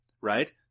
Right